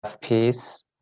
peace